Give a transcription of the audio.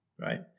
Right